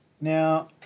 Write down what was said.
Now